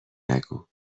نگو